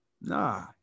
Nah